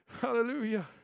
Hallelujah